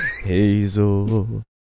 Hazel